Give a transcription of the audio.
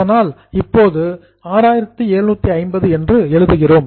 அதனால் இப்போது 6750 என்று எழுதுகிறோம்